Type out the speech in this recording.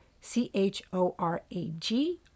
C-H-O-R-A-G